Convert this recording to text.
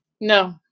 No